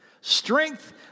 Strength